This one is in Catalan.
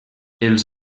els